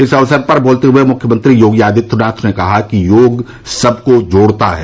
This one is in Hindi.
इस अवसर पर बोलते हुये मुख्यमंत्री योगी आदित्यनाथ ने कहा कि योग सबको जोड़ता है